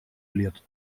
лет